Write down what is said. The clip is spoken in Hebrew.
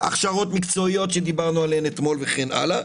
הכשרות מקצועיות שדיברנו עליהן אתמול וכן הלאה,